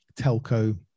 telco